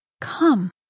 Come